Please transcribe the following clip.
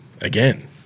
again